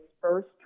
first